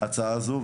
ההצעה הזו,